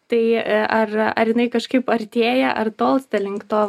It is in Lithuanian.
tai ar ar jinai kažkaip artėja ar tolsta link to